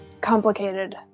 complicated